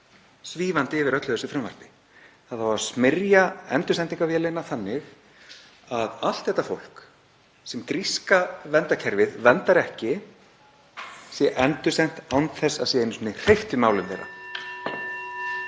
svífandi yfir öllu í þessu frumvarpi. Það á að smyrja endursendingarvélina þannig að allt þetta fólk sem gríska verndarkerfið verndar ekki sé endursent án þess að það sé einu sinni hreyft við málum þess.